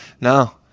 No